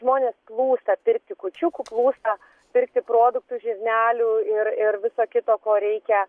žmonės plūsta pirkti kūčiukų plūsta pirkti produktų žirnelių ir ir viso kito ko reikia